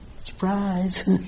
Surprise